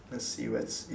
let's see let's see